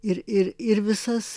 ir ir ir visas